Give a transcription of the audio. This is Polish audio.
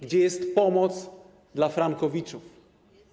Gdzie jest pomoc dla frankowiczów?